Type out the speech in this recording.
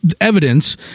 evidence